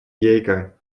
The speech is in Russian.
гейка